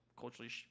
culturally